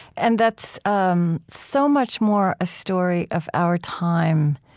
and that's um so much more a story of our time,